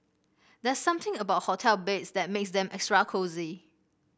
there's something about hotel beds that makes them extra cosy